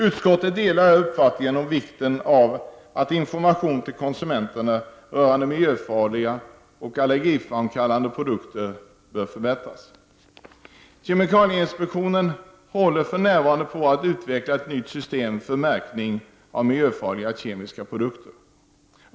Utskottet delar uppfattningen om vikten av att informationen till konsumenterna rörande miljöfarliga och allergiframkallande produkter bör förbättras. Kemikalieinspektionen håller för närvarande på att utveckla ett nytt system för märkning av miljöfarliga kemiska produkter.